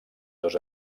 dos